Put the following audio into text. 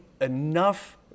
enough